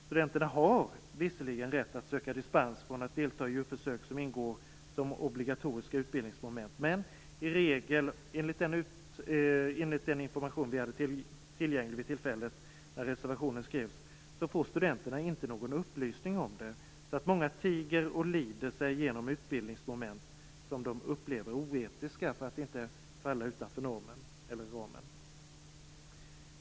Studenterna har visserligen rätt att söka dispens från att delta i djurförsök som ingår som obligatoriska utbildningsmoment. Men enligt den information som vi hade tillgänglig vid det tillfälle då reservationen skrevs får studenterna inte någon upplysning om detta. Därför är det många som tiger och lider sig igenom utbildningsmoment som de upplever som oetiska för att inte falla utanför ramen.